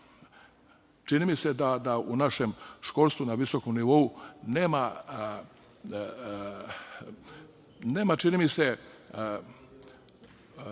čini mi se da u našem školstvu na visokom nivou nema te vrste